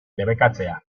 debekatzea